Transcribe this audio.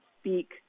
speak